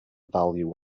value